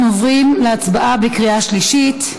אנחנו עוברים להצבעה בקריאה שלישית.